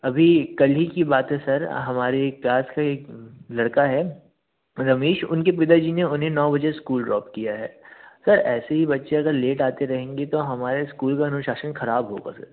अभी कल ही की बात है सर हमारी क्लास का एक लड़का है रमेश उनके पिता जी ने उन्हें नौ बजे स्कूल ड्रॉप किया है सर ऐसे ही बच्चे अगर लेट आते रहेंगे तो हमारे स्कूल का अनुशासन ख़राब होगा सर